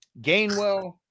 Gainwell